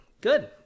Good